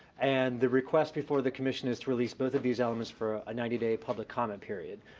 and the request before the commission is to release both of these elements for a ninety day public comment period.